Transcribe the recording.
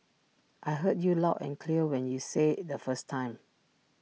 I heard you loud and clear when you said IT the first time